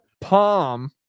palm